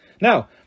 Now